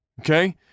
Okay